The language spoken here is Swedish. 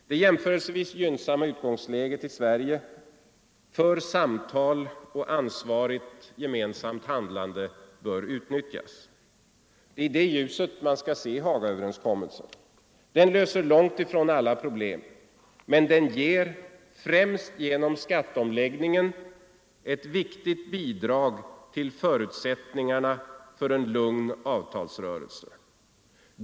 Det jämförelsevis gynnsamma utgångsläget i Sverige för samtal och ansvarigt gemensamt handlande bör utnyttjas. Det är i det ljuset man skall se Hagaöverenskommelsen. Den löser långt ifrån alla problem. Men den ger — främst genom skatteomläggningen — ett viktigt bidrag till förutsättningarna för en lugn avtalsrörelse.